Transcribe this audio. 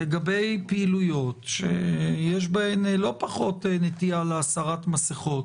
לגבי פעילויות שיש בהן לא פחות נטייה להסרת מסכות